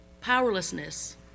powerlessness